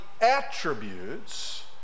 attributes